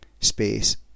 space